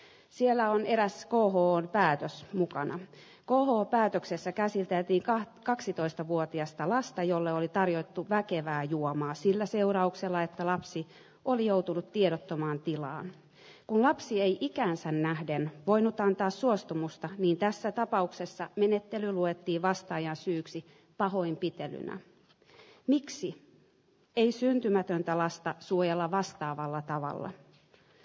siellä on eräs kohoon päätös mukana kohopäätöksessä käsite etiikka h kaksitoista vuotiasta lasta jolla oli tarjottu väkevää juomaan sillä seurauksella että lapsi on joutunut tiedottomaan tilaan kun lapsi ei ikäänsä nähden voinut antaa suostumusta niin tässä tapauksessa menettely luettiin vastaajan syyksi pahoinpitelyna miksi ei syntymätöntä lasta suojella vastaavalla tavalla